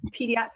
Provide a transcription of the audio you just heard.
pediatric